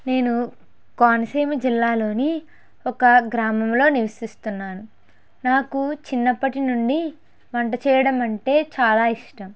నేను కోనసీమ జిల్లాలోని ఒక గ్రామంలో నివసిస్తున్నాను నాకు చిన్నప్పటి నుండి వంట చేయడం అంటే చాలా ఇష్టం